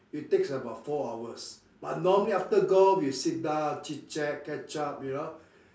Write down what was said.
it takes about four hours but normally after golf you sit down chit-chat catch up you know